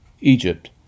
Egypt